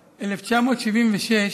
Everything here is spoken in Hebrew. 1976,